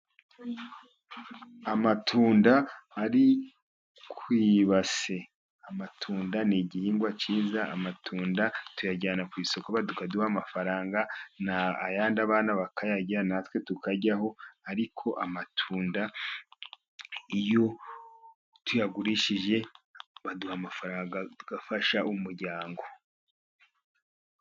Amatunda ari ku ibase, amatunda ni igihingwa cyiza amatunda tuyajyana ku isoko bakaduha amafaranga ayandi bana bakayarya natwe tukaryaho, ariko amatunda iyo tuyagurishije baduha amafaranga tugafasha umuryango.